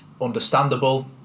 Understandable